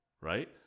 right